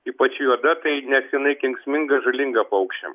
ypač juoda tai nes jinai kenksminga žalinga paukščiam